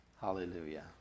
Hallelujah